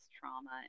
trauma